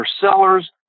sellers